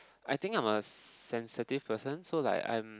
I think I'm a sensitive person so like I'm